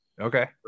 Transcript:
Okay